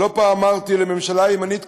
ולא פעם אמרתי, ממשלה ימנית קיצונית,